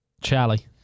Charlie